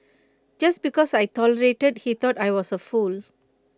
just because I tolerated he thought I was A fool